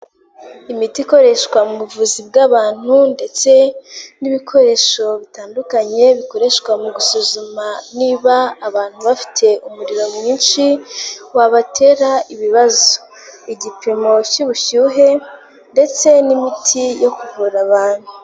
Imiti ikoreshwa mu buvuzi bw'abantu ndetse n'ibikoresho bitandukanye, bikoreshwa mu gusuzuma niba abantu bafite umuriro mwinshi wabatera ibibazo, igipimo cy'ubushyuhe ndetse n'imiti yo kuvura abantu.